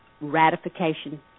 ratification